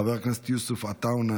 חבר הכנסת יוסף עטאונה,